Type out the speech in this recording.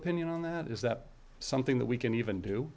opinion on that is that something that we can even do